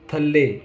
ਥੱਲੇ